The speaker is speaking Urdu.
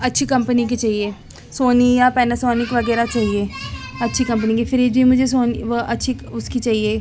اچھی کمپنی کی چاہیے سونی یا پیناسونک وغیرہ چاہیے اچھی کمپنی کی فریج بھی مجھے سونی اچھی اس کی چاہیے